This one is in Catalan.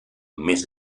més